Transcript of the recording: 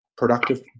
productive